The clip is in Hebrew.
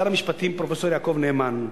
שר המשפטים פרופסור יעקב נאמן,